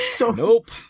Nope